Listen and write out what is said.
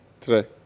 Today